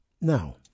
Now